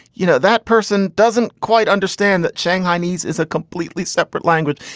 you know, that person doesn't quite understand that shanghainese is a completely separate language.